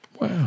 Wow